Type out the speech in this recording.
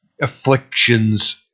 afflictions